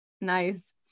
Nice